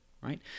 right